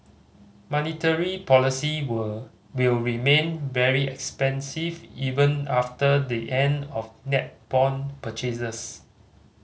monetary policy were will remain very expansive even after the end of net bond purchases